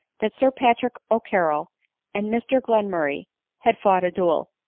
that sir patrick o'carrol and mr glenmurray had fought a duel,